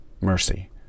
mercy